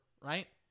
right